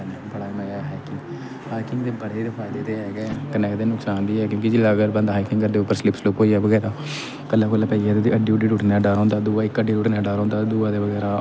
hiking दे बड़े फायदे ते ऐ गै कन्नै इ'दे नुक्सान बी ऐ कि बंदा जिसलै स्लिप स्लूप होइया बंदा खल्ले खुल्ले पेइया हड्डी हुड्डी टूटने दा डर होंदा दूआ इ'दे बगैरा